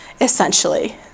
essentially